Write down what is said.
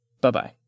bye-bye